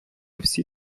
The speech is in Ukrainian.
всі